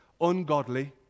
ungodly